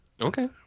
Okay